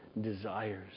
desires